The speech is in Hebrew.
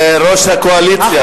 ראש הקואליציה, מר אלקין.